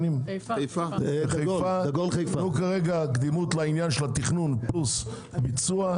חיפה, תנו קדימות לעניין התכנון וביצוע.